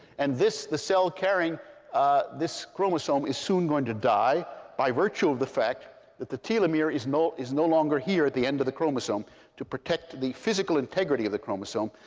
and this, the cell carrying this chromosome, is soon going to die by virtue of the fact that the telomere is no is no longer here at the end of the chromosome to protect the physical integrity of the chromosome,